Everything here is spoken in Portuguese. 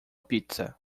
pizza